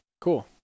Cool